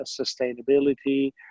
sustainability